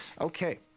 Okay